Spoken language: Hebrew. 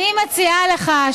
אני מציעה לך,